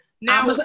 now